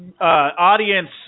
audience